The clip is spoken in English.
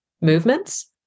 movements